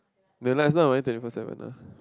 the land is not twenty four seven ah